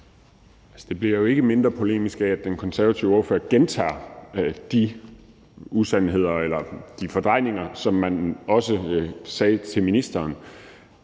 Det bliver ikke mindre polemisk af, at den konservative ordfører gentager de usandheder eller de fordrejninger, som man også kom med over for ministeren.